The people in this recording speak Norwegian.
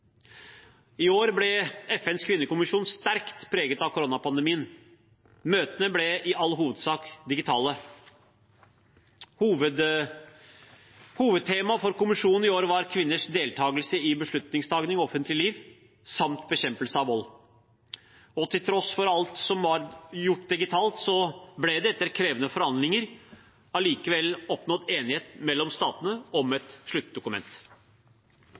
I år ble FNs kvinnekommisjon sterkt preget av koronapandemien. Møtene ble i all hovedsak digitale. Hovedtema for kommisjonen i år var kvinners deltakelse i beslutningstaking og offentlig liv, samt bekjempelse av vold. Til tross for alt som var gjort digitalt, ble det etter krevende forhandlinger allikevel oppnådd enighet mellom statene om et sluttdokument.